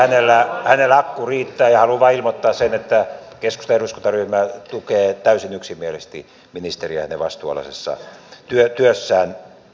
haluan vain ilmoittaa sen että keskustan eduskuntaryhmä tukee täysin yksimielisesti ministeriä hänen vastuunalaisessa työssään